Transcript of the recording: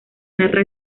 narra